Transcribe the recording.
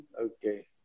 Okay